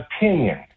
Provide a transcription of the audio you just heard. opinion